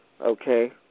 Okay